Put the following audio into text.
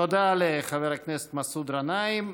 תודה לחבר הכנסת מסעוד גנאים.